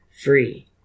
free